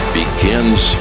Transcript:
begins